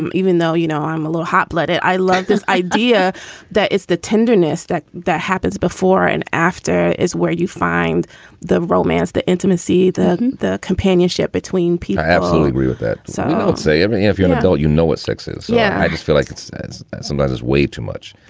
even though, you know, i'm a little hot blooded. i love this idea that it's the tenderness that that happens before and after. is where you find the romance, the intimacy, the the companionship between people absolutely agree with that. so let's say even if you're an adult, you know what sex is. yeah. i just feel like it says that that sometimes way too much.